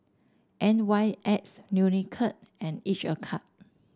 N Y X Unicurd and each a cup